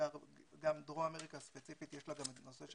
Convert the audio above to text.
גם בדרום אמריקה ספציפית יש את הנושא של